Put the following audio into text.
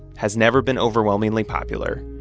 has never been overwhelmingly popular.